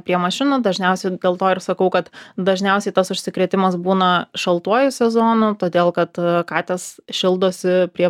prie mašinų dažniausiai dėl to ir sakau kad dažniausiai tas užsikrėtimas būna šaltuoju sezonu todėl kad katės šildosi prie